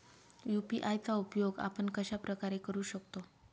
UPI चा उपयोग आपण कशाप्रकारे करु शकतो?